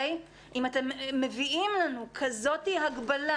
אם אתם מביאים לנו כזאת הגבלה,